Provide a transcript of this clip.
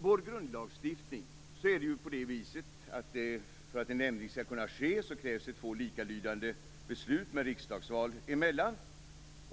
vår grundlagstiftning krävs för att en ändring skall kunna ske två likalydande beslut med riksdagsval emellan.